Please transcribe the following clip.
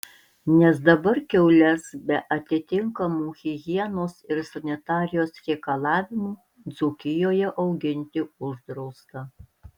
nes dabar kiaules be atitinkamų higienos ir sanitarijos reikalavimų dzūkijoje auginti uždrausta